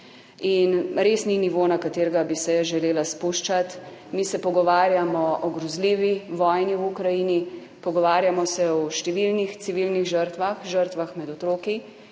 in res ni nivo na katerega bi se jaz želela spuščati. Mi se pogovarjamo o grozljivi vojni v Ukrajini, pogovarjamo se o številnih civilnih žrtvah, žrtvah med otroki,